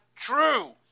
true